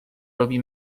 robi